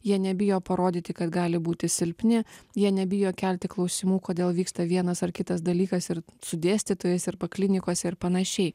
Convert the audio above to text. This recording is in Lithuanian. jie nebijo parodyti kad gali būti silpni jie nebijo kelti klausimų kodėl vyksta vienas ar kitas dalykas ir su dėstytojais arba klinikose ir panašiai